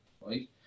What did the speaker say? right